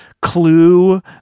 clue